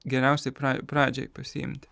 geriausiai pradžiai pasiimti